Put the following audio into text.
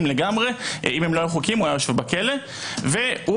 לגמרי אם לא היו חוקיים היה יושב בכלא והוא